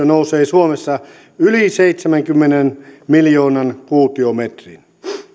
nousee suomessa yli seitsemänkymmenen miljoonan kuutiometrin